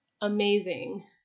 amazing